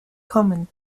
common